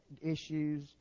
issues